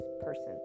person